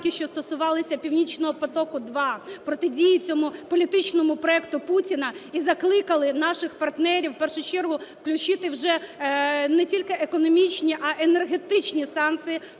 що стосувалися "Північного потоку-2", протидії цьому політичному проекту Путіна і закликали наших партнерів в першу чергу включити вже не тільки економічні, а й енергетичні санкції